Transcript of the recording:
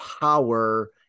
power